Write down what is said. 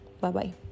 Bye-bye